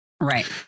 Right